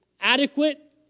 adequate